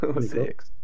six